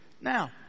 Now